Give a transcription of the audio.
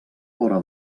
vora